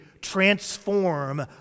transform